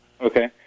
Okay